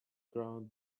ground